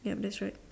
yup that's right